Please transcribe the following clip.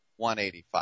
185